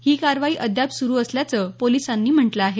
ही कारवाई अद्याप सुरू असल्याचं पोलिसांनी म्हटलं आहे